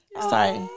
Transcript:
Sorry